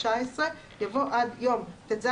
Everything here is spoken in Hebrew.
אם אני הבוחן בשאלה שלך עושה עליה איקס,